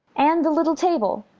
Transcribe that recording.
and the little table!